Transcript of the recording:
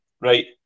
right